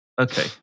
Okay